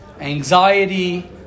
anxiety